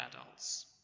adults